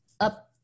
up